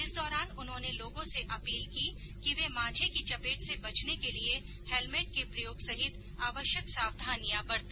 इस दौरान उन्होंने लोगो से अपील की कि वे मांझे की चपेट से बचने के लिये हेलमेट के प्रयोग सहित आवश्यक सावधानियां बरते